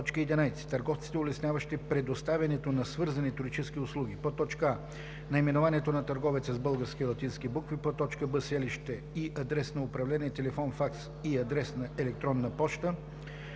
търговците, улесняващи предоставянето на свързани туристически услуги: